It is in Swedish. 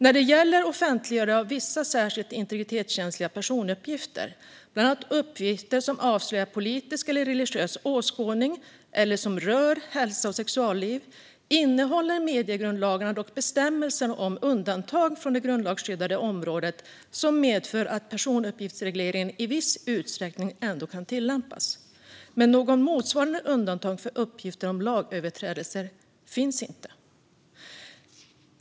När det gäller offentliggörande av vissa särskilt integritetskänsliga personuppgifter, bland annat uppgifter som avslöjar politisk eller religiös åskådning eller som rör hälsa och sexualliv, innehåller mediegrundlagarna dock bestämmelser om undantag från det grundlagsskyddade området som medför att personuppgiftsregleringen i viss utsträckning ändå kan tillämpas. Men något motsvarande undantag för uppgifter om lagöverträdelser finns inte.